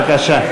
בבקשה.